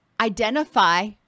identify